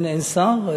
אין שר?